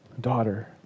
daughter